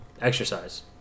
exercise